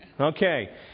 Okay